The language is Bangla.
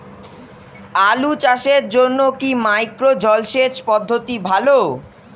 আলু চাষের জন্য কি মাইক্রো জলসেচ পদ্ধতি ভালো?